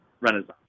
Renaissance